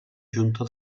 junta